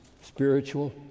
spiritual